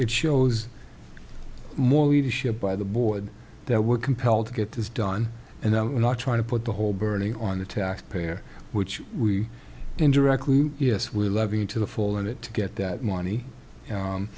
it shows more leadership by the board that were compelled to get this done and that we're not trying to put the whole burning on the taxpayer which we indirectly yes we're loving to the full and it to get that money